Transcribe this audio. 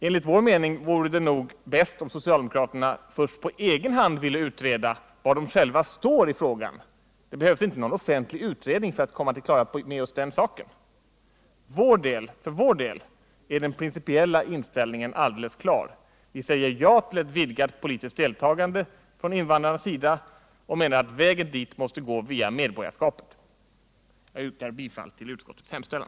Enligt vår mening vore det bäst om socialdemokraterna först på egen hand ville utreda var de själva står i frågan — det behövs inte någon offentlig utredning för att komma till klarhet om den saken. För vår del är den principiella inställningen alldeles klar. Vi säger ja till ett vidgat politiskt deltagande från invandrarnas sida och menar att vägen dit måste gå via medborgarskapet. Jag yrkar bifall till utskottets hemställan.